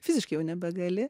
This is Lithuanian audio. fiziškai jau nebegali